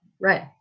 right